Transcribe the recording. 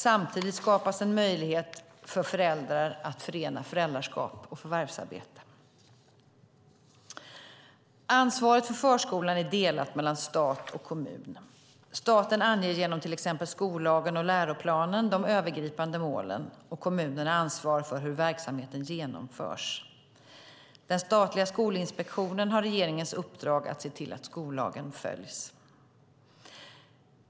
Samtidigt skapas en möjlighet för föräldrar att förena föräldraskap och förvärvsarbete. Ansvaret för förskolan är delat mellan stat och kommun. Staten anger genom till exempel skollagen och läroplanen de övergripande målen, och kommunerna ansvarar för hur verksamheten genomförs. Den statliga Skolinspektionen har regeringens uppdrag att se till att skollagen följs.